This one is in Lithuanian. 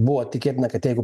buvo tikėtina kad jeigu